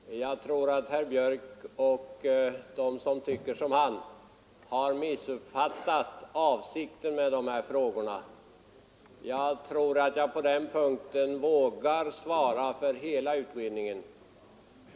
Herr talman! Jag tror att herr Björck i Nässjö och de som tycker som han har missuppfattat avsikten med de ställda frågorna. På den punkten vågar jag svara för hela utredningen.